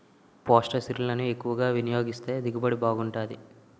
పొటాషిరులను ఎక్కువ వినియోగిస్తే దిగుబడి బాగుంటాది